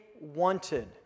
wanted